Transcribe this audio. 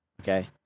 Okay